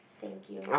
thank you